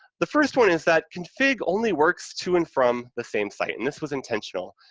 the first one is that config only works to and from the same site, and this was intentional.